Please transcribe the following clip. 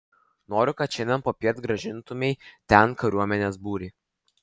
noriu kad šiandien popiet grąžintumei ten kariuomenės būrį